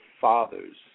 fathers